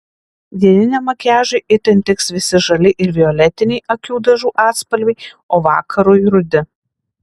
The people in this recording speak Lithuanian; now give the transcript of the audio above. dieniniam makiažui itin tiks visi žali ir violetiniai akių dažų atspalviai o vakarui rudi